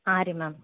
ಹಾಂ ರೀ ಮ್ಯಾಮ್